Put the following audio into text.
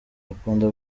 akunda